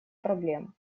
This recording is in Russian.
проблем